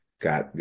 Got